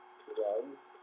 rugs